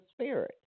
spirit